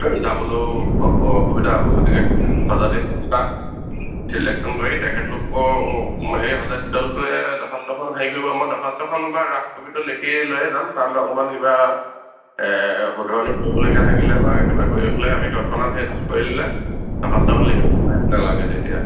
যাবলৈও অসুবিধা হ'ব গতিকে সজাতিৰ দল এটা চিলেকশ্যন কৰি তেখেতলোকো সেই সজাতি দলটোৱে দৰ্খাস্তখন হেৰি কৰিব মই দৰ্খাস্তখন বা ৰাফকপিটো লিখি লৈয়ে যাম তাত অকমান কিবা শুধৰণি কৰিবলগীয়া থাকিলে বা কিবা কৰি থ'লে আমি তৎক্ষণাত সেই তাত কৰি দিলে দৰ্খাস্তখন লিখিবলৈ টাইম নালাগে তেতিয়া